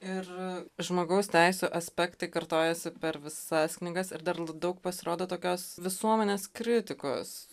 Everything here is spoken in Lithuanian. ir žmogaus teisių aspektai kartojasi per visas knygas ir dar daug pasirodo tokios visuomenės kritikos